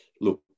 look